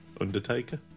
Undertaker